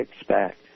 expect